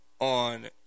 on